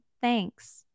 Thanks